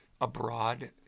abroad